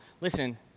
listen